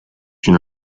une